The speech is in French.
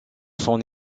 son